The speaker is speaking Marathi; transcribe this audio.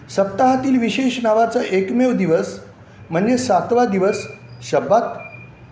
सप्ताहातील विशेष नावाचा एकमेव दिवस म्हणजे सातवा दिवस शब्बात